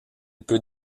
peut